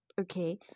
Okay